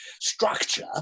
structure